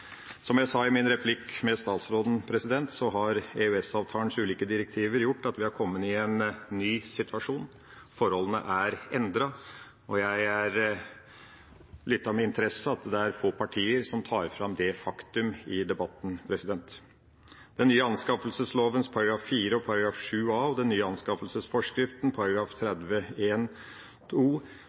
Som jeg sa i min replikk til statsråden, har EØS-avtalens ulike direktiver gjort at vi har kommet i en ny situasjon, forholdene er endret, og jeg har lyttet til med interesse at det er få partier som tar fram det faktum i debatten. Den nye anskaffelsesloven § 4 og § 7 a og den nye anskaffelsesforskriften